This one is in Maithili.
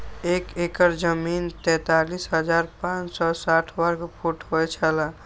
एक एकड़ जमीन तैंतालीस हजार पांच सौ साठ वर्ग फुट होय छला